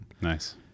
Nice